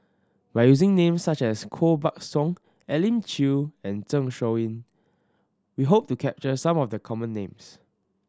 by using names such as Koh Buck Song Elim Chew and Zeng Shouyin we hope to capture some of the common names